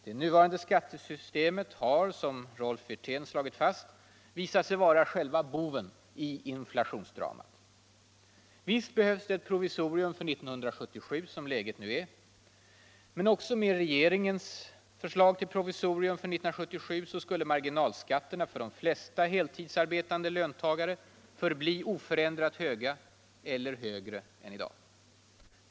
Det nuvarande skattesystemet har, som Rolf Wirtén slagit fast, visat sig vara själva boven i inflationsdramat. Visst behövs det ett provisorium för 1977 som läget nu är. Men också med regeringens förslag till provisorium för 1977 skulle marginalskatterna för de flesta heltidsarbetande löntagarna förbli oförändrat höga eller högre än i dag.